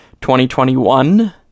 2021